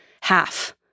half